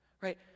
Right